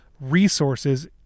resources